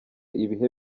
ibihe